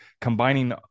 combining